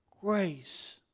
grace